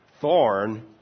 thorn